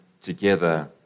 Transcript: together